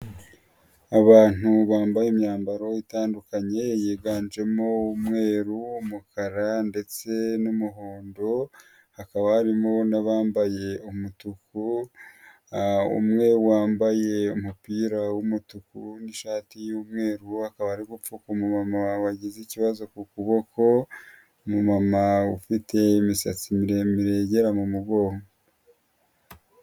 Abantu bambaye imyambaro itandukanye yiganjemo umweru, umukara ndetse n'umuhondo, hakaba harimo n'abambaye umutuku. Umwe wambaye umupira w'umutuku, undi Ishati y'umweru, akaba ari gupfuka umu mama wagize ikibazo ku kuboko, umu mama ufite imisatsi miremire igera mu mugongo.